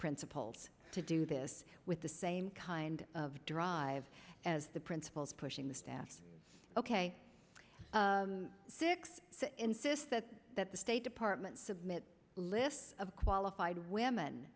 principals to do this with the same kind of drive as the principals pushing the staff ok six insist that the state department submit lists of qualified women